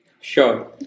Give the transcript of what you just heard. sure